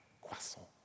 croissant